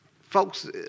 Folks